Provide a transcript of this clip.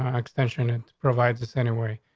um extension. it provides us anyway.